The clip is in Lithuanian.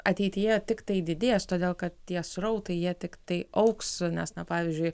ateityje tiktai didės todėl kad tie srautai jie tiktai augs nes pavyzdžiui